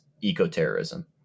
eco-terrorism